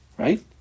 Right